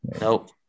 Nope